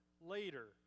later